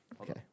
Okay